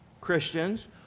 Christians